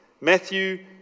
Matthew